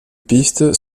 pistes